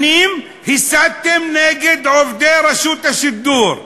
שנים הסתתם נגד עובדי רשות השידור,